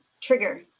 trigger